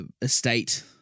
estate